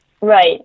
Right